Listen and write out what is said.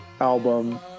album